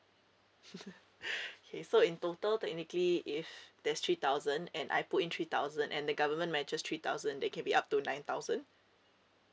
okay so in total technically if there's three thousand and I put in three thousand and the government matches three thousand there can be up to nine thousand